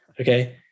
Okay